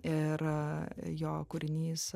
ir jo kūrinys